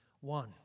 One